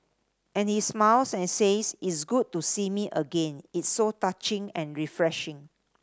and he smiles and says it's good to see me again it's so touching and refreshing